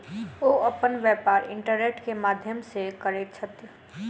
ओ अपन व्यापार इंटरनेट के माध्यम से करैत छथि